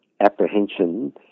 apprehension